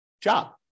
job